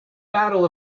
battle